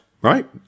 right